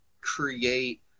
create